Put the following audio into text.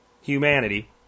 humanity